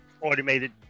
automated